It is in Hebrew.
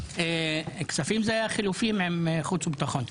כספים זה חילופים עם חוץ וביטחון.